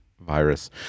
virus